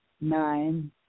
nine